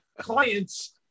clients